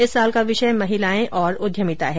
इस वर्ष का विषय महिलाएं और उद्यमिता है